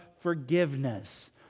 forgiveness